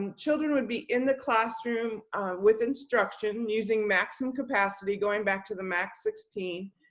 and children would be in the classroom with instruction using maximum capacity, going back to the max sixteen,